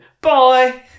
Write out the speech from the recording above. Bye